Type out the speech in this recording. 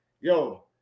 yo